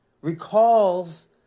recalls